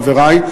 חברי,